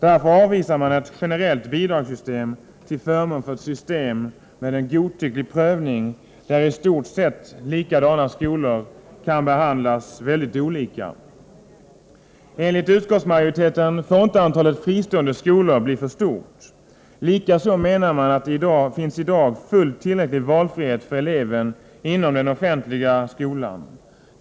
Därför avvisar man ett generellt bidragssystem till förmån för ett system med en godtycklig prövning, där i stort sett likadana skolor kan behandlas mycket olika. Enligt utskottsmajoriteten får inte antalet fristående skolor bli för stort. Likaså menar man att det i dag finns fullt tillräcklig valfrihet för eleven inom den offentliga skolan.